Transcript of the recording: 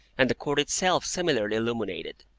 and the court itself similarly illuminated.